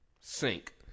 sink